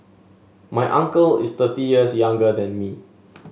my uncle is thirty years younger than me